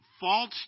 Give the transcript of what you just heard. false